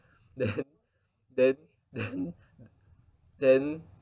then then then then